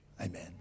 Amen